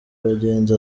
abagenzi